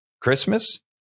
Christmas